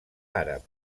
àrab